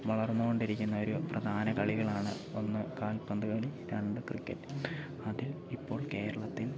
വളർന്നുകൊണ്ടിരിക്കുന്ന ഒരു പ്രധാന കളികളാണ് ഒന്ന് കാൽപ്പന്തു കളി രണ്ട് ക്രിക്കറ്റ് അതിൽ ഇപ്പോൾ കേരളത്തിൽ